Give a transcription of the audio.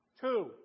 Two